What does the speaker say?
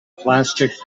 plastic